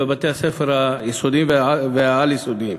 בבתי-הספר היסודיים והעל-יסודיים,